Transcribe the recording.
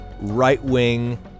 right-wing